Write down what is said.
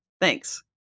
Thanks